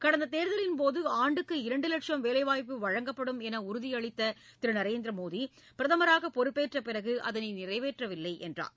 கடந்த தேர்தலின் போது ஆண்டுக்கு இரண்டு லட்சும் வேலை வாய்ப்பு வழங்கப்படும் என்று உறுதியளித்த திரு நரேந்திர மோடி பிரதமராக பொறுப்பேற்ற பிறகு அதனை நிறைவேற்றவில்லை என்றார்